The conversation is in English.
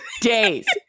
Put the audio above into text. Days